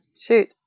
shoot